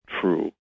true